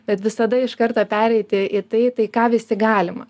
bet visada iš karto pereiti į tai tai ką visi galima